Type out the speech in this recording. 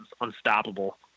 unstoppable